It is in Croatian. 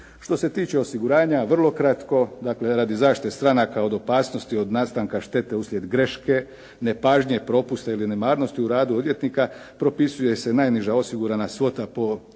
Što se tiče osiguranja, vrlo kratko, dakle radi zaštite stranaka od opasnosti od nastanka štete uslijed greške, nepažnje, propusta ili nemarnosti u radu odvjetnika propisuje se najniža osigurana svota po osiguranom